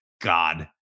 God